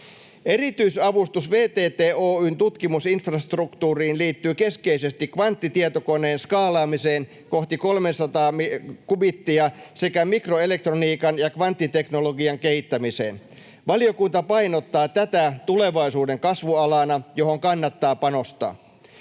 Erityisavustus VTT Oy:n tutkimusinfrastruktuuriin liittyy keskeisesti kvanttitietokoneen skaalaamiseen kohti 300:aa kubittiä sekä mikroelektroniikan ja kvanttiteknologian kehittämiseen. Valiokunta painottaa tätä tulevaisuuden kasvualana, johon kannattaa panostaa.